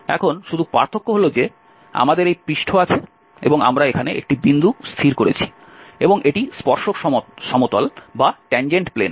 এখন শুধু পার্থক্য হল যে আমাদের এই পৃষ্ঠ আছে এবং আমরা এখানে একটি বিন্দু স্থির করেছি এবং এটি স্পর্শক সমতল